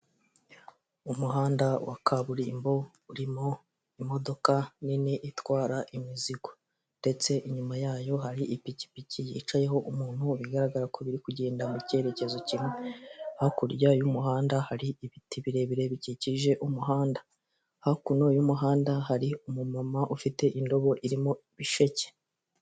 Umuhanda wa kaburimbo urimo imodoka nini itwara imizigo ndetse inyuma yayo hari ipikipiki yicayeho umuntu, bigaragara ko biri kugenda mu cyerekezo kimwe, hakurya y'umuhanda hari ibiti birebire bikikije umuhanda, hakuno y'umuhanda hari umumama ufite indobo irimo ibisheke.